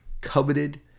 coveted